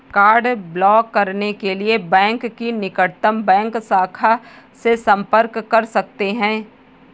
card block करने के लिए बैंक की निकटतम बैंक शाखा से संपर्क कर सकते है